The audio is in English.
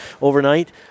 overnight